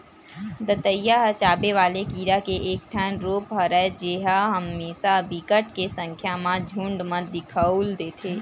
दतइया ह चाबे वाले कीरा के एक ठन रुप हरय जेहा हमेसा बिकट के संख्या म झुंठ म दिखउल देथे